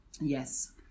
Yes